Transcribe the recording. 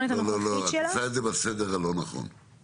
את עושה את זה בסדר הלא נכון,